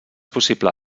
possible